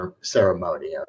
ceremony